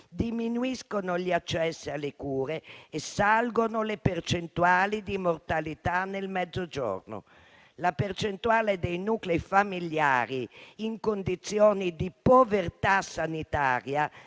diminuiscono gli accessi alle cure e salgono le percentuali di mortalità nel Mezzogiorno. La percentuale dei nuclei familiari in condizioni di povertà sanitaria